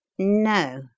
No